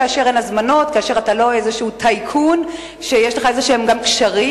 כאשר אין הזמנות וכאשר אתה לא איזה טייקון ויש לך איזשהם קשרים,